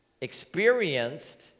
experienced